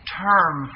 term